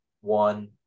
one